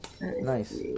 Nice